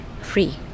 free